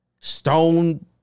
stone